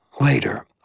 later